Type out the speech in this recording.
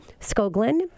Scoglin